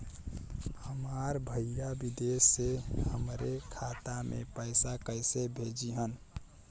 हमार भईया विदेश से हमारे खाता में पैसा कैसे भेजिह्न्न?